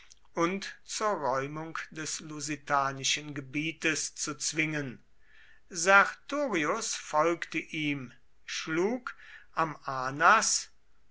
und zur räumung des lusitanischen gebietes zu zwingen sertorius folgte ihm schlug am anas